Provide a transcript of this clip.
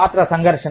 పాత్ర సంఘర్షణ